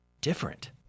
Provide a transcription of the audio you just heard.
different